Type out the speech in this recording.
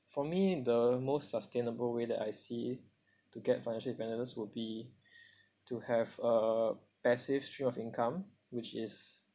for me the most sustainable way that I see to get financial independence would be to have a passive stream of income which is